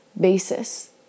basis